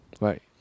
Right